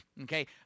Okay